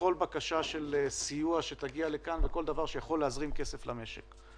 לכל בקשה של סיוע שתגיע לכאן וכל דבר שיכול להזרים כסף למשק.